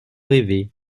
rêvé